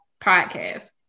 podcast